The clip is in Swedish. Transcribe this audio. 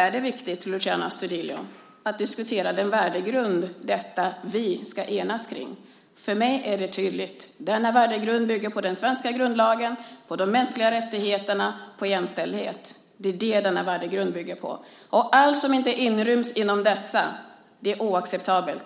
är det viktigt, Luciano Astudillo, att diskutera den värdegrund som detta vi ska enas om. För mig är det tydligt. Denna värdegrund bygger på den svenska grundlagen, på de mänskliga rättigheterna och på jämställdhet. Det är det som denna värdegrund bygger på. Och allt som inte inryms inom detta är oacceptabelt.